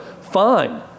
fine